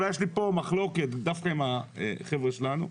אולי יש לי פה מחלוקת דווקא עם החבר'ה שלנו.